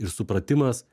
ir supratimas